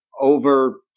over